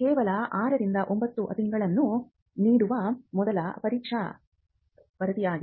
ಕೇವಲ 6 ರಿಂದ 9 ತಿಂಗಳುಗಳನ್ನು ನೀಡುವ ಮೊದಲ ಪರೀಕ್ಷಾ ವರದಿಯಾಗಿದೆ